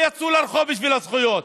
הם לא יצאו לרחוב בשביל הזכויות.